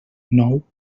nou